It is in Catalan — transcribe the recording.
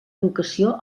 educació